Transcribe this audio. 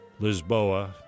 Lisboa